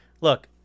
Look